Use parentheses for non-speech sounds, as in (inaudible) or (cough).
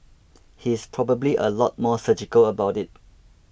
(noise) he's probably a lot more surgical about it